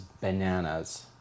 bananas